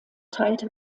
teilte